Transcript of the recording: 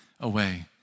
away